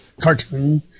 cartoon